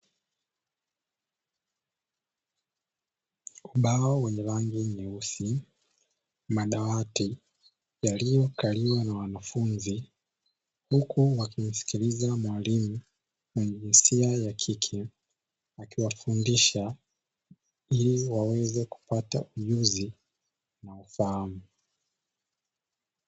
Ubao wenye rangi nyeusi, madawati yaliyokaliwa na wanafunzi huku wakimsikiliza mwalimu mwenye jinsia ya kike, akiwafundisha ili waweze kupata ujuzi na ufahamu.